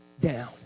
down